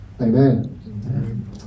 Amen